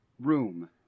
room